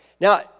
Now